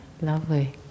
Lovely